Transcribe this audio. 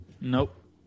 Nope